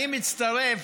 אני מצטרף